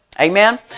Amen